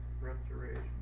restoration